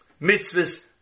mitzvahs